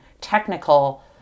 technical